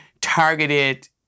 targeted